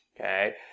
okay